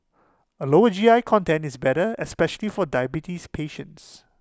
A lower G I content is better especially for diabetes patients